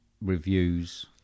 reviews